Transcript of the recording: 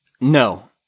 No